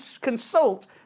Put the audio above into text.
consult